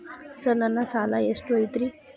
Sir ನನ್ನ ಸಾಲಾ ಎಷ್ಟು ಐತ್ರಿ?